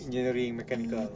engineering mechanical